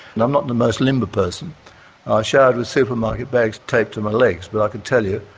and i'm not the most limber person. i showered with supermarket bags taped to my legs, but i can tell you,